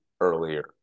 earlier